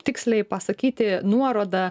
tiksliai pasakyti nuorodą